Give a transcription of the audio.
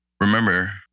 remember